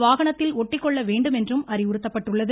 வாகன ஒட்டிக்கொள்ள வேண்டும் என்று அறிவுறுத்தப்பட்டுள்ளது